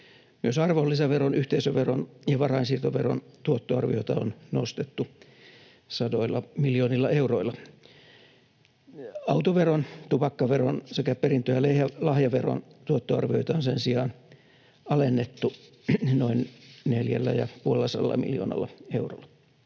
Myös arvonlisäveron, yhteisöveron ja varainsiirtoveron tuottoarviota on nostettu sadoilla miljoonilla euroilla. Autoveron, tupakkaveron sekä perintö- ja lahjaveron tuottoarvioita on sen sijaan alennettu noin neljällä ja puolella sadalla miljoonalla eurolla.